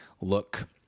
look